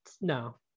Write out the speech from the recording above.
No